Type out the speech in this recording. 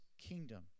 kingdom